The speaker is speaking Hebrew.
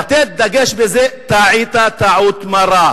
לתת דגש בזה, טעית טעות מרה.